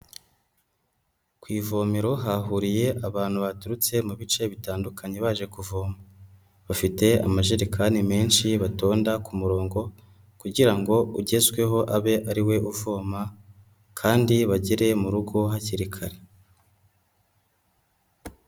Ku ivomero hahuriye abantu baturutse mu bice bitandukanye baje kuvoma, bafite amajerekani menshi batonda ku murongo kugira ngo ugezweho abe ariwe uvoma, kandi bagere mu rugo hakiri kare.